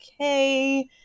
okay